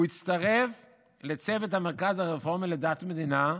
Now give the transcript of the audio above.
הוא "הצטרף לצוות המרכז הרפורמי לדת ומדינה,